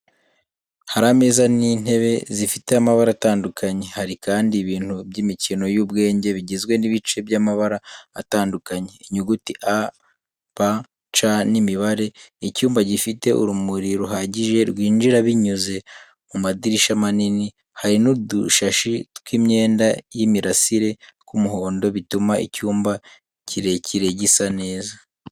Hari ameza n'intebe zifite amabara atandukanye, hari kandi ibintu by'imikino y'ubwenge bigizwe n'ibice by'amabara atandukanye, inyuguti A, B, C n'imibare. Icyumba gifite urumuri ruhagije rwinjira binyuze mu madirishya manini, hari n’udushashi tw’imyenda y’imirasire tw’umuhondo, bituma icyumba kirekire gisa neza .